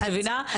את מבינה?